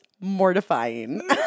mortifying